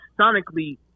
sonically